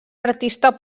artista